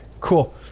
cool